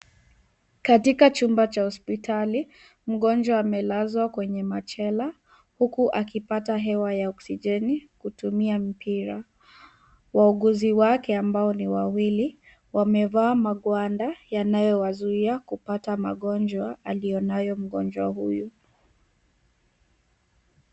Katika chumb cha hospitali, mgonjwa amelazwa kwenye machela, huku akipata hewa ya oksijeni kutumia mpira. Wauguzi wake ambao ni wawili, wamevaa magwanda yanayowazuia kupata magonjwa aliyo nayo mgonjwa huyu.